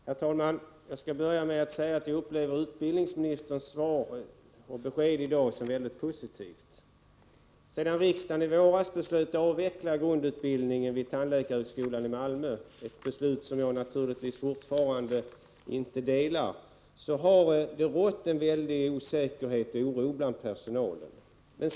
Herr talman! Jag skall börja med att säga att jag upplever utbildningsministerns besked i dag som mycket positivt. Sedan riksdagen i våras beslöt att avveckla grundutbildningen vid tandläkarhögskolan i Malmö - ett beslut som jag naturligtvis fortfarande inte anser vara riktigt — har det rått stor oro och osäkerhet bland personalen.